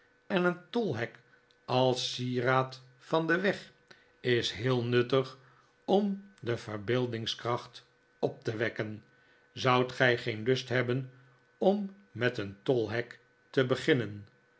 en een tolhek als sieraad van den weg is heel nuttig om de verbeeldingskracht op te wekken zoudt gij geen lust hebben om met een tolhek te beginnen